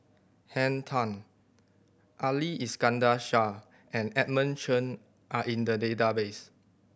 Henn Tan Ali Iskandar Shah and Edmund Chen are in the database